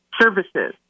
services